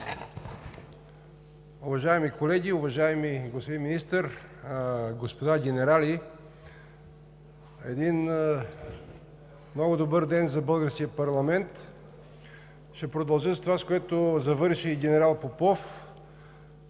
Уважаеми колеги, уважаеми господин Министър, господа генерали! Един много добър ден за българския парламент! Ще продължа с това, с което завърши генерал Попов